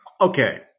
Okay